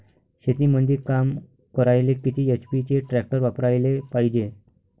शेतीमंदी काम करायले किती एच.पी चे ट्रॅक्टर वापरायले पायजे?